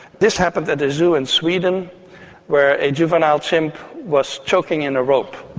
this happened at a zoo in sweden where a juvenile chimp was choking in a rope.